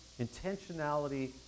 Intentionality